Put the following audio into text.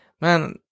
Man